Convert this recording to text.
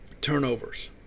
turnovers